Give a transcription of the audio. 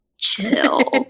chill